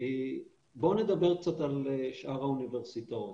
בוא נדבר קצת על שאר האוניברסיטאות,